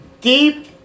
deep